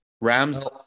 Rams